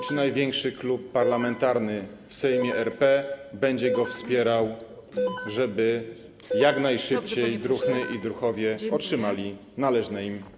Czy największy klub parlamentarny w Sejmie RP będzie go wspierał, żeby jak najszybciej druhny i druhowie otrzymali należne im dodatki?